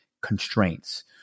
constraints